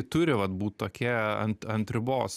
turi vat būt tokia ant ant ribos